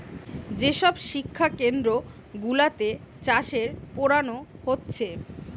যে সব শিক্ষা কেন্দ্র গুলাতে চাষের পোড়ানা হচ্ছে